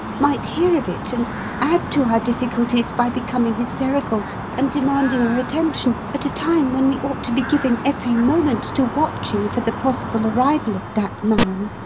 might hear of it, and add to our difficulties by becoming hysterical and demanding our attention at a time when we ought to be giving every moment to watching for the possible arrival of that man.